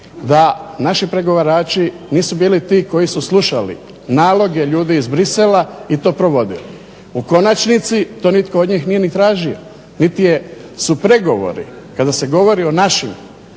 da naši pregovarači nisu bili ti koji su slušali naloge ljudi iz Bruxellesa i to provodili. U konačnici to od njih nitko nije ni tražio niti su pregovori kada se govori o našim